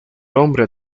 hombre